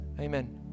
Amen